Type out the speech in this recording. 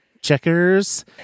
Checkers